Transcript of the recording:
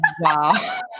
Wow